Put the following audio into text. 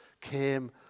came